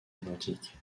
identiques